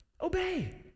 Obey